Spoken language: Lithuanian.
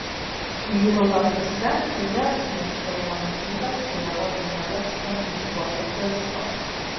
vytauto akyse ir vėl šmėkštelėjo matytas tėvo žiedas ant kryžiuočio piršto